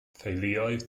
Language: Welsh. theuluoedd